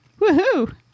Woohoo